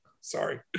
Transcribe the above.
Sorry